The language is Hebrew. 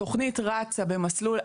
התכנית רצה במסלול.